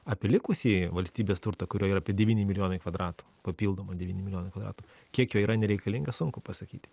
apie likusį valstybės turtą kurio yra apie devyni milijonai kvadratų papildomo devyni milijonai karatų kiek jo yra nereikalinga sunku pasakyti